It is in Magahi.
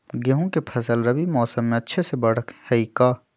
गेंहू के फ़सल रबी मौसम में अच्छे से बढ़ हई का?